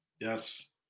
Yes